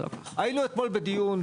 היינו אתמול בדיון,